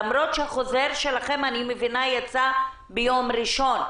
למרות שהחוזר שלכם יצא ביום ראשון,